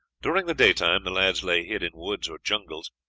during the daytime the lads lay hid in woods or jungles,